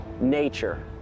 nature